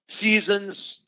seasons